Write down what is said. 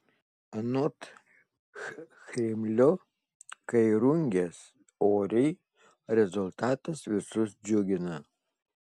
anot chrimlio kai rungies oriai rezultatas visus džiugina